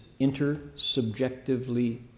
inter-subjectively